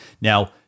Now